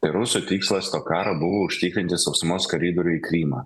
tai rusų tikslas to karo buvo užtikrinti sausumos karidorių į krymą